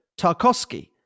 Tarkovsky